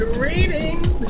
Greetings